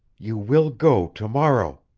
you will go to-morrow.